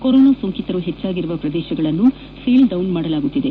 corona ಸೋಂಕಿತರು ಹೆಚ್ಚಿರುವ ಪ್ರದೇಶಗಳನ್ನು ಸೀಲ್ ಡೌನ್ ಮಾಡಲಾಗುತ್ತಿದೆ